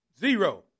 Zero